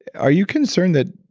are you concerned that,